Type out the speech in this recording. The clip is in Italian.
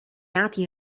nati